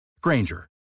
Granger